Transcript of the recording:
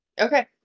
Okay